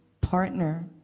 partner